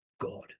God